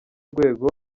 rwego